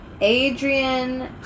Adrian